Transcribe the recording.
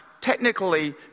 technically